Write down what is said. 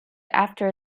after